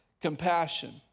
compassion